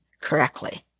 correctly